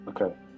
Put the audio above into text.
Okay